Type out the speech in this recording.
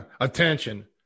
attention